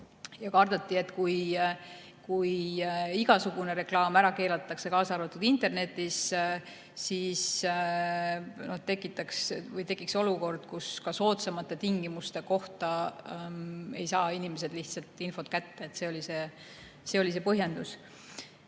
Kardeti, et kui igasugune reklaam ära keelata, kaasa arvatud internetis, siis tekiks olukord, kus ka soodsamate tingimuste kohta ei saa inimesed lihtsalt infot kätte. See oli see põhjendus.